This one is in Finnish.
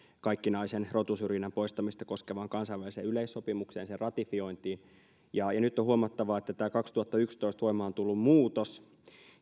kaikkinaisen rotusyrjinnän poistamista koskevaan kansainväliseen yleissopimukseen sen ratifiointiin ja ja nyt on huomattava että tämä kaksituhattayksitoista voimaan tullut muutos